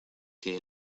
que